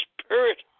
Spirit